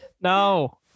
No